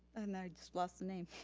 and i just lost the name.